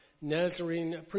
Nazarene